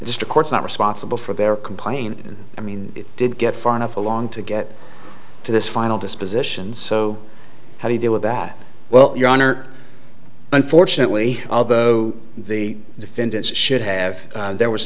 just of course not responsible for their complaint i mean it didn't get far enough along to get to this final disposition so how do you deal with that well your honor unfortunately although the defendants should have there was